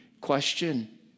Question